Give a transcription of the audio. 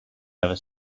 never